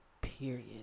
Period